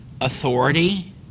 authority